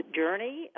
journey